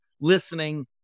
listening